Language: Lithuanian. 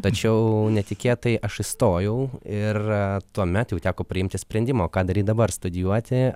tačiau netikėtai aš įstojau ir tuomet jau teko priimti sprendimo ką daryt dabar studijuoti